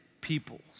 people